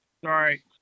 Sorry